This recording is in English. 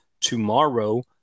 tomorrow